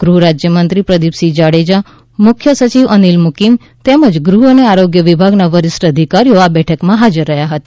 ગૃહ રાજ્ય મંત્રી પ્રદિપસિંહ જાડેજા મુખ્ય સચિવ અનિલ મુકીમ તેમ જ ગૃહ અને આરોગ્ય વિભાગના વરિષ્ઠ અધિકારીઓ આ બેઠકમાં હાજર રહ્યા હતા